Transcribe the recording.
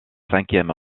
cinquième